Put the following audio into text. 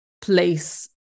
place